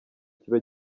kiba